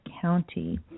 County